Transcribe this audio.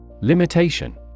Limitation